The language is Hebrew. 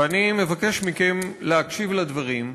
ואני מבקש מכם להקשיב לדברים,